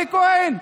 אלי כהן,